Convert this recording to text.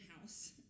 house